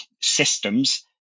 systems